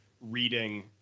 reading